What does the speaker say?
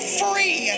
free